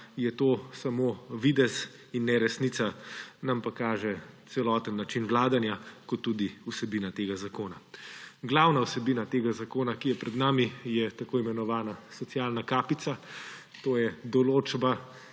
je to samo videz in ne resnica, nam pa kaže celoten način vladanja in tudi vsebina tega zakona. Glavna vsebina tega zakona, ki je pred nami, je tako imenovana socialna kapica. To je določba,